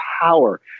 power